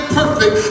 perfect